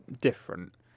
different